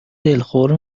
دلخور